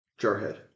jarhead